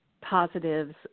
positives